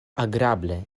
agrable